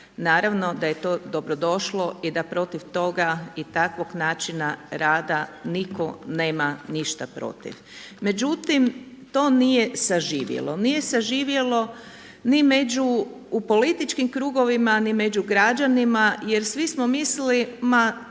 naravno da je to dobrodošlo i da protiv toga i takvog načina rada niko nema ništa protiv. Međutim, to nije saživjelo. Nije saživjelo ni među u političkim krugovima ni među građanima jer svi smo mislili, ma